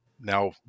now